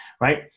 right